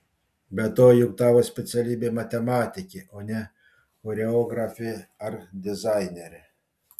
be to juk tavo specialybė matematikė o ne choreografė ar dizainerė